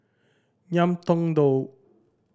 Ngiam Tong Dow